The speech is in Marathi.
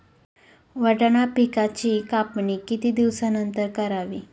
वाटाणा पिकांची कापणी किती दिवसानंतर करावी?